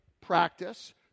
practice